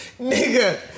Nigga